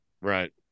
Right